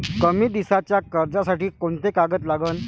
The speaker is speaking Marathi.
कमी दिसाच्या कर्जासाठी कोंते कागद लागन?